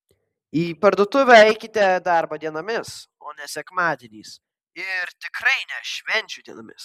į parduotuvę eikite darbo dienomis o ne sekmadieniais ir tikrai ne švenčių dienomis